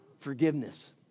forgiveness